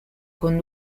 con